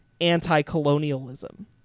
anti-colonialism